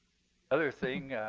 other thing,